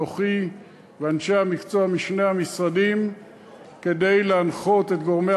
אנוכי ואנשי המקצוע משני המשרדים להנחות את גורמי